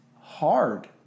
hard